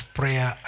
prayer